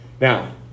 Now